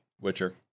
Witcher